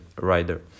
rider